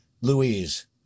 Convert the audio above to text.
Louise